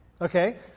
Okay